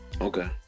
Okay